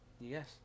yes